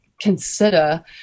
consider